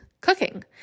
cooking